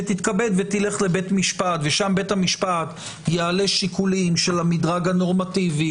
שתתכבד ותלך לבית משפט ושם בית המשפט יעלה שיקולים של המדרג הנורמטיבי,